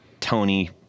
Tony